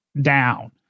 Down